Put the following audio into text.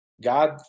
God